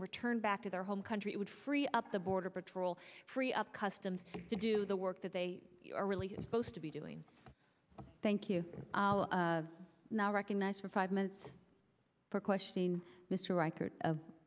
return back to their home country it would free up the border patrol free up customs to do the work that they are really supposed to be doing thank you now recognize for five minutes